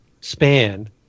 span